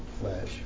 flesh